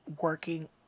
working